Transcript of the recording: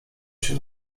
się